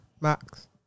Max